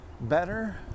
better